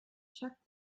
check